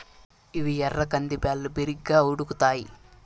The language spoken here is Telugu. ఇవి ఎర్ర కంది బ్యాళ్ళు, బిరిగ్గా ఉడుకుతాయి